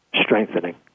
strengthening